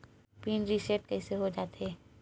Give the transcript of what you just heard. Pin reset कइसे हो जाथे?